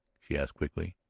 she asked quickly.